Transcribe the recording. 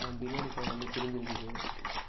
biryani cover வந்து பிரிஞ்சு இருக்குது